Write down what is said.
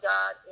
God